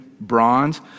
bronze